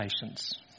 patience